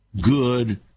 Good